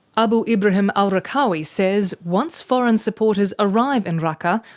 abu ibrahim al-raqqawi says once foreign supporters arrive in raqqa,